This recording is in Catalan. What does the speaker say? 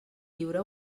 lliure